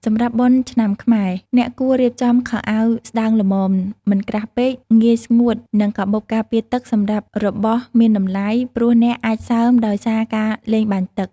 សម្រាប់បុណ្យឆ្នាំខ្មែរ អ្នកគួររៀបចំខោអាវស្ដើងល្មម មិនក្រាស់ពេក ងាយស្ងួត និងកាបូបការពារទឹកសម្រាប់របស់មានតម្លៃ ព្រោះអ្នកអាចសើមដោយសារការលេងបាញ់ទឹក។